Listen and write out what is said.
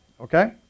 okay